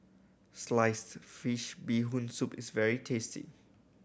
sliced fish Bee Hoon Soup is very tasty